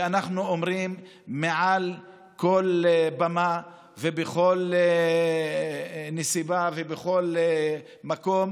ואנחנו אומרים מעל כל במה ובכל נסיבה ובכל מקום,